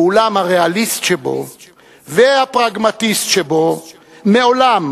ואולם הריאליסט שבו והפרגמטיסט שבו מעולם